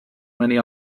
many